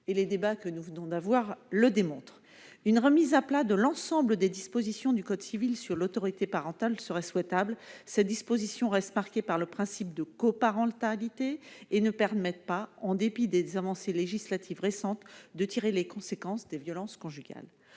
Les débats que nous venons d'avoir le démontrent. Une remise à plat de l'ensemble des dispositions du code civil sur l'autorité parentale serait souhaitable. Celles-ci restent marquées par le principe de coparentalité et ne permettent pas, en dépit des avancées législatives récentes, de tirer les conséquences des violences conjugales.